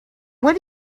what